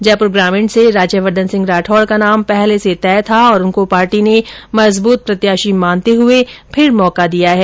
जयपुर ग्रामीण से राज्यवर्द्वन सिंह राठौड का नाम पहले से तय था और उनको पार्टी ने मजबूत प्रत्याशी मानते हुए फिर मौका दिया है